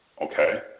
okay